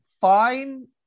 fine